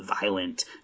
violent